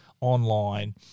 online